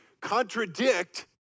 contradict